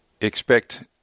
expect